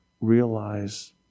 realize